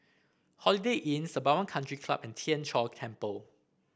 Holiday Inn Sembawang Country Club and Tien Chor Temple